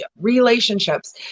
relationships